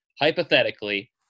hypothetically